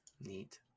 Neat